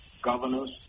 Governors